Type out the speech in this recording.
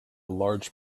large